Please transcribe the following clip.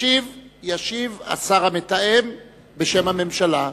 ישיב השר המתאם בשם הממשלה.